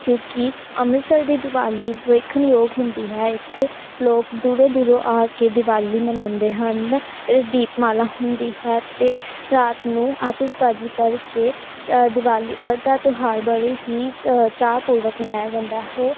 ਕਿਉਂਕਿ ਅੰਮ੍ਰਿਤਸਰ ਦੀ ਦੀਵਾਲੀ ਦੇਖਣਯੋਗ ਹੁੰਦੀ ਹੈ ਇੱਥੇ ਲੋਕ ਦੂਰੋਂ ਦੂਰੋਂ ਆ ਕੇ ਦਿਵਾਲੀ ਮਨਾਉਂਦੇ ਹਨ ਇਹ ਦੀਪ ਮਾਲਾ ਹੁੰਦੀ ਹੈ ਅਤੇ ਰਾਤ ਨੂੰ ਆਤਿਸ਼ਬਾਜ਼ੀ ਕਰਕੇ ਦਿਵਾਲੀ ਦਾ ਤਿਉਹਾਰ ਬੜੀ ਹੀ ਚਾਅ ਪੂਰਵਕ ਮਨਾਇਆ ਜਾਂਦਾ ਹੈ